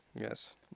Yes